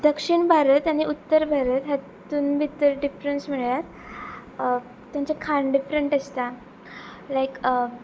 दक्षिण भारत आनी उत्तर भारत हातून भितर डिफरन्स म्हळ्यार तेंचे खाण डिफरंट आसता लायक